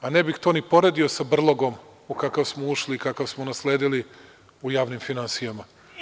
Pa, ne bih to ni poredio sa brlogom u kakav smo ušli i kakav smo nasledili u javnim finansijama.